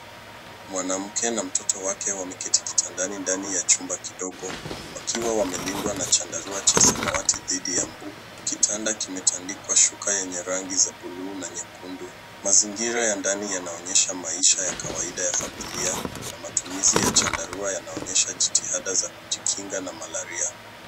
Mwanamke na mtoto wake wameketi kitandani ndani ya chumba kidogo wakiwa wamelindwa na chandarua cha samawati dhidi ya mbu. Kitanda kimetandikwa shuka yenye rangi za bluu na nyekundu. Mazingira ya ndani yanaonyesha maisha ya kawaida ya familia na matumizi ya chandarua yanaonyesha jitihada ya kujikinga na malaria.